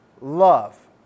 love